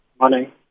Morning